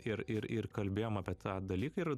ir ir ir kalbėjom apie tą dalyką ir